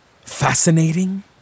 fascinating